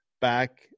back